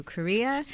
Korea